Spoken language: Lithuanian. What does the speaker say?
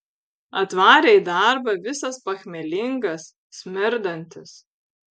atvarė į darbą visas pachmielingas smirdantis